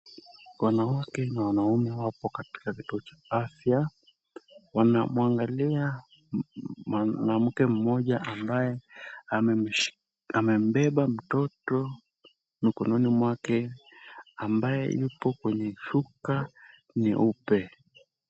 Wanawake na wanaume wapo katika kituo cha afya. Wanamwangalia mwanamke mmoja ambaye amembeba mtoto mkononi mwake, ambaye yupo kwenye shuka nyeupe.